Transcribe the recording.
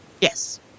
Yes